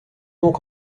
donc